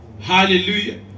Hallelujah